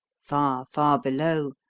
far, far below,